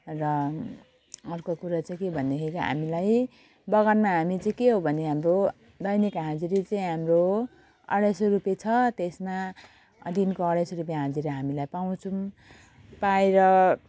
र अर्को कुरा चाहिँ के भन्दाखेरि हामीलाई बगानमा हामी चाहिँ के हो भने हाम्रो दैनिक हाजिरी चाहिँ हाम्रो अढाई सौ रुपियाँ छ त्यसमा दिनको अढाइ सौ रुपियाँ हाजिरा हामीलाई पाउँछौँ पाएर